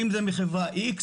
האם זה מחברה X,